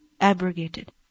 abrogated